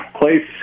place